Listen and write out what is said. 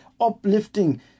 uplifting